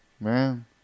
man